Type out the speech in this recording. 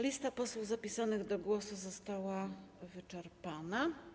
Lista posłów zapisanych do głosu została wyczerpana.